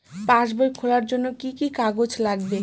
পাসবই খোলার জন্য কি কি কাগজ লাগবে?